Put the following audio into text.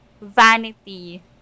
vanity